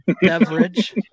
beverage